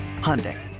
Hyundai